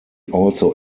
also